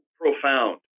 Profound